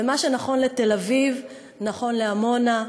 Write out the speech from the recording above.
ומה שנכון לתל-אביב נכון לעמונה,